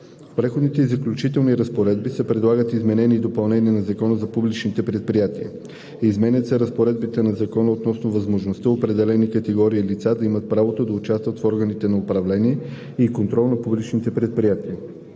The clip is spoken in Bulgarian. В Преходните и заключителни разпоредби се предлагат изменения и допълнения в Закона за публичните предприятия. Изменят се разпоредбите на Закона относно възможността определени категории лица да имат правото да участват в органите за управление и контрол на публичните предприятия,